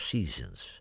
Seasons